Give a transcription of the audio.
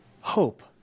hope